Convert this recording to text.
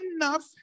enough